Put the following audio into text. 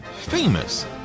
famous